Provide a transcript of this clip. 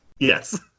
Yes